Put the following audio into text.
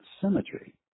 symmetry